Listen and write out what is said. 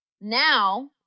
now